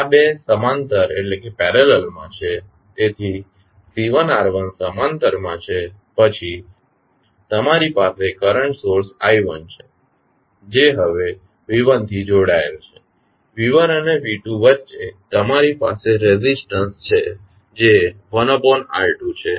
તેથી C1 R1 સમાંતર માં છે પછી તમારી પાસે કરંટ સોર્સ I1 છે જે હવે V1 થી જોડાયેલ છે V1 અને V2 ની વચ્ચે તમારી પાસે રેઝિસ્ટંસ છે જે 1R2 છે